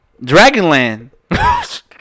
Dragonland